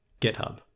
GitHub